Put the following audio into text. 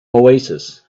oasis